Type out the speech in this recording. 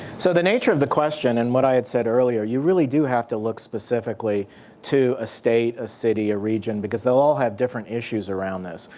so the nature of the question and what i had said earlier, you really do have to look specifically to a state. a city. a region. because they'll all have different issues around this.